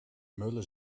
mulle